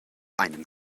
einen